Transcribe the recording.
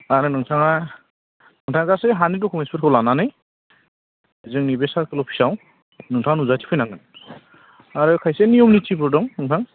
आरो नोंथाङा नोंथाङा गासै हानि डकुमेन्सफोरखौ लानानै जोंनि बे सार्कल अफिसाव नोंथाङा नुजाथिफैनांगोन आरो खायसे नियम निथिबो दं नोंथां